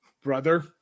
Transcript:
brother